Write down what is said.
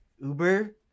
Uber